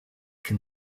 can